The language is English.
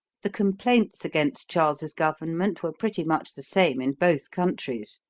the complaints against charles's government were pretty much the same in both countries.